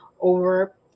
over